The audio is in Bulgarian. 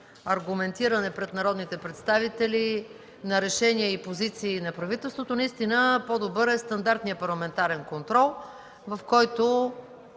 аргументиране пред народните представители на решения и позиции на правителството, по-добър е стандартният парламентарен контрол, в който